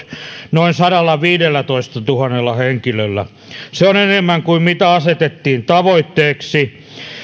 noin sadallaviidellätoistatuhannella henkilöllä se on enemmän kuin mitä asetettiin tavoitteeksi